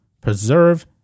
preserve